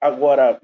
Agora